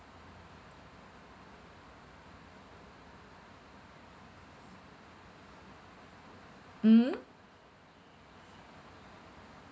mmhmm